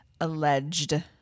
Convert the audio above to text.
alleged